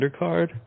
undercard